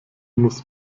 muss